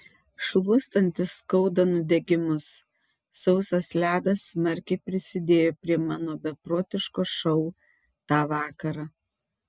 šluostantis skauda nudegimus sausas ledas smarkiai prisidėjo prie mano beprotiško šou tą vakarą